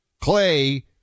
Clay